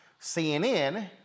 CNN